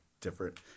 different